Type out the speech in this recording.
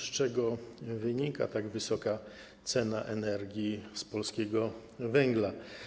Z czego wynika tak wysoka cena energii z polskiego węgla?